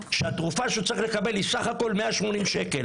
התרופה שהוא צריך לקבל עולה בסך הכול 180 שקל,